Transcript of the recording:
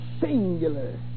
singular